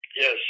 Yes